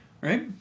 Right